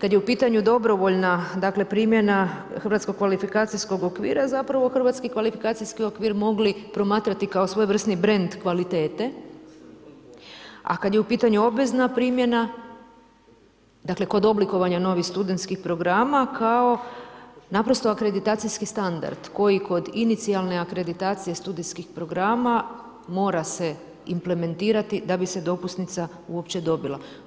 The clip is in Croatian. kad je u pitanju dobrovoljna primjena Hrvatskog kvalifikacijskog okvira, zapravo Hrvatski kvalifikacijski okvir mogli promatrati kao svojevrsni brand kvalitete a kad je u pitanju obvezna primjena kod oblikovanja novih studentskih programa kao naprosto akreditacijski standard koji kod inicijalne akreditacije studijskih programa mora se implementirati da bi se dopusnica uopće dobila.